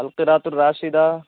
القراۃ الراشدہ